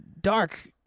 dark